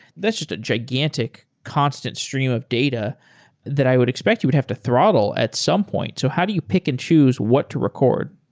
that's just a gigantic constant stream of data that i would expect you would have to throttle at some point. so how do you pick and choose what to record?